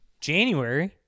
January